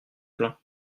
plaint